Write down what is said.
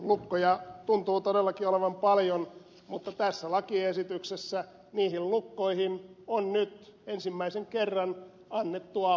lukkoja tuntuu todellakin olevan paljon mutta tässä lakiesityksessä niihin lukkoihin on nyt ensimmäisen kerran annettu avain